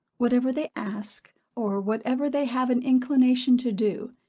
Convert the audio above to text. whatever they ask, or whatever they have an inclination to do,